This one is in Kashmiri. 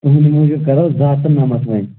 تُہٕنٛدِ موٗجوٗب کَرو زٕ ہَتھ تہٕ نَمَتھ وۅنۍ